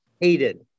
hated